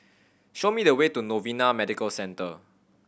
Show me the way to Novena Medical Centre